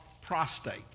prostate